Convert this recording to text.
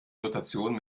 notation